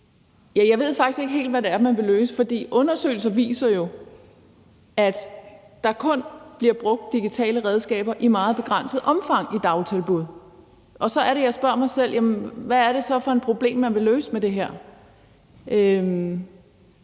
jeg ved faktisk ikke helt, hvad det er, man vil løse. Undersøgelser viser jo, at der kun bliver brugt digitale redskaber i meget begrænset omfang i dagtilbud. Og så er det, jeg spørger mig selv, hvad det er for et problem, man vil løse med det her.